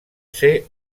ser